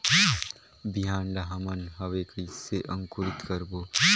बिहान ला हमन हवे कइसे अंकुरित करबो?